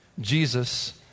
Jesus